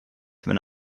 wenn